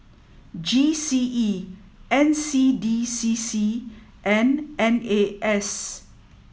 G C E N C D C C and N A S